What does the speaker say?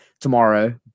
tomorrow